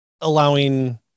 allowing